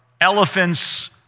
Elephants